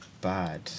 bad